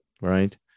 right